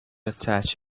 attach